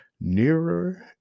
Nearer